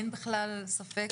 אין בכלל ספק.